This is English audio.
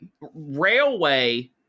Railway